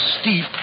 steep